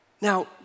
Now